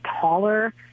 taller